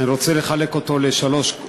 אני רוצה לחלק אותו לשלושה חלקים.